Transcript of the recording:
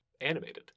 animated